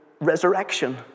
resurrection